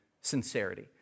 sincerity